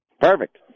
Perfect